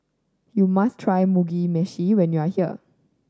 you must try Mugi Meshi when you are here